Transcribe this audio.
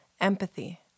empathy